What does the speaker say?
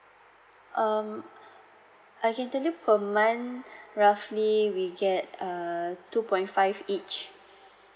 um i can tell you per month roughly we get err two point five each